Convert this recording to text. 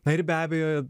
na ir be abejo